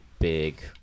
big